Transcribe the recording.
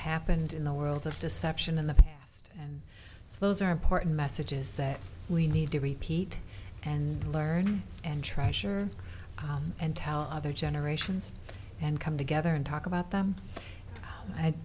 happened in the world of deception in the past and those are important messages that we need to repeat and learn and treasure and tell other generations and come together and talk about them